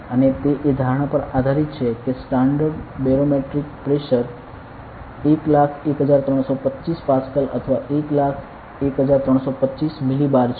અને તે એ ધારણા પર આધારિત છે કે સ્ટાન્ડર્ડ બેરોમેટ્રિક પ્રેશર 101325 પાસ્કલ અથવા 101325 મિલિબાર છે